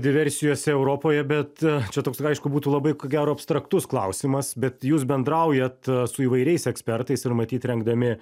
diversijose europoje bet čia toks aišku būtų labai ko gero abstraktus klausimas bet jūs bendraujat su įvairiais ekspertais ir matyt rengdami